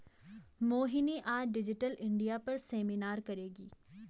मोहिनी आज digital India पर seminar करेगी